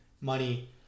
money